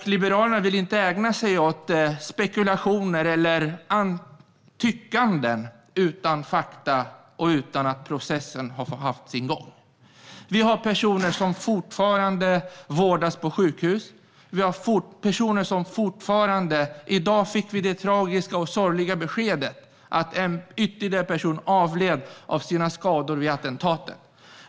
Liberalerna vill inte ägna sig åt spekulationer eller tyckande utan fakta och utan att processen har haft sin gång. Vi har personer som fortfarande vårdas på sjukhus. I dag fick vi det tragiska och sorgliga beskedet att ytterligare en person har avlidit av sina skador vid attentatet.